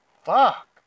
fuck